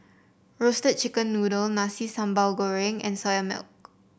Roasted Chicken Noodle Nasi Sambal Goreng and Soya Milk